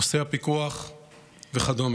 נושא הפיקוח וכדומה.